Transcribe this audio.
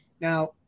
Now